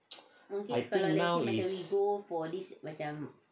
I think now is